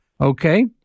Okay